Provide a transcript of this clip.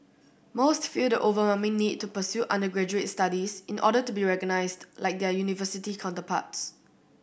most feel the overwhelming need to pursue undergraduate studies in order to be recognised like their university counterparts